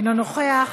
אינו נוכח.